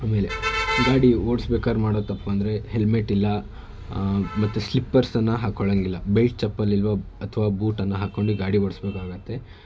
ಆಮೇಲೆ ಗಾಡಿ ಓಡ್ಸ್ಬೇಕಾದ್ರೆ ಮಾಡೋ ತಪ್ಪಂದರೆ ಹೆಲ್ಮೆಟ್ ಇಲ್ಲ ಮತ್ತೆ ಸ್ಲಿಪರ್ಸನ್ನ ಹಾಕ್ಕೊಳ್ಳೋಂಗಿಲ್ಲ ಬೆಲ್ಟ್ ಚಪ್ಪಲಿ ಇಲ್ಲವೋ ಅಥವಾ ಬೂಟನ್ನು ಹಾಕೊಂಡು ಈ ಗಾಡಿ ಓಡಿಸ್ಬೇಕಾಗುತ್ತೆ